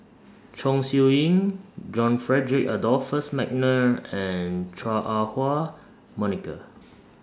Chong Siew Ying John Frederick Adolphus Mcnair and Chua Ah Huwa Monica